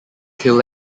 kill